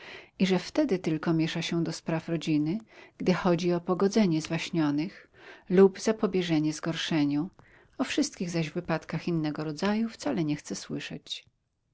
i że wtedy tylko miesza się do spraw rodziny gdy chodzi o pogodzenie zwaśnionych lub zapobieżenie zgorszeniu o wszystkich zaś wypadkach innego rodzaju wcale nie chce słyszeć